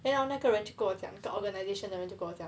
then hor 那个人就跟我讲那个 organisation 的人就跟我讲